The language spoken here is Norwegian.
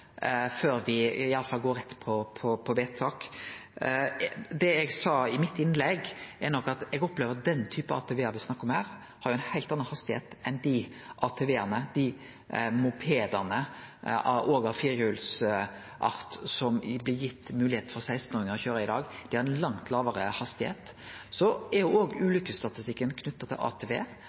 før vi går rett til vedtak. Det eg sa i mitt innlegg, var at eg opplever at den typen ATV-ar me snakkar om her, har ei heilt anna hastigheit enn dei ATV-ane og mopedane, òg av firehjulsart, som det blir mogleg for 16-åringar å køyre i dag. Dei har ei langt lågare hastigheit. Så er òg ulykkesstatistikken knytt til ATV